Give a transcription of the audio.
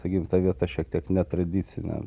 sakykim ta vieta šiek tiek netradicinė